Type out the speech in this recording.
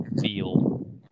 feel